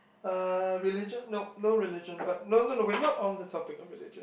uh religion nope no religion but no no no we're not on the topic of religion